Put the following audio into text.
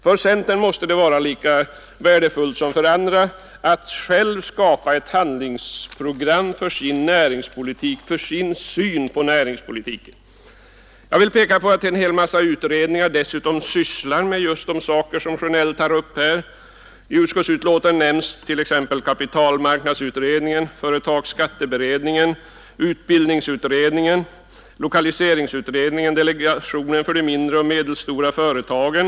För centern måste det vara lika värdefullt som för andra att själv skapa ett handlingsprogram för sin näringspolitik, för sin syn på näringspolitiken. Jag vill peka på att en hel massa utredningar sysslar med just de saker som herr Sjönell tar upp. I utskottsbetänkandet nämns t.ex. kapitalmarknadsutredningen, «=: företagsskatteberedningen. <utbildningsutredningen, lokaliseringsutredningen och delegationen för de mindre och medelstora företagen.